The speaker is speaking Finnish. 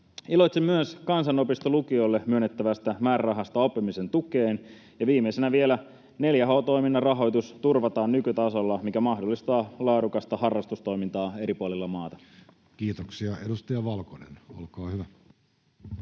Iloitsen myös kansanopistolukiolle myönnettävästä määrärahasta oppimisen tukeen. Ja viimeisenä vielä: 4H-toiminnan rahoitus turvataan nykytasolla, mikä mahdollistaa laadukasta harrastustoimintaa eri puolilla maata. Kiitoksia. — Edustaja Valkonen, olkaa hyvä.